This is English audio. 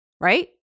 Right